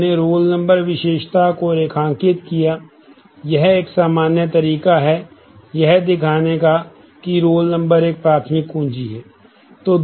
हमने roll number विशेषता को रेखांकित किया यह एक सामान्य तरीका है यह दिखाने का कि रोल नंबर एक प्राथमिक कुंजी है